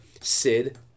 Sid